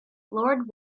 lord